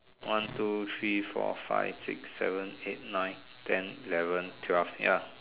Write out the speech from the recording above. one two three four five six seven eight nine ten eleven twelve ya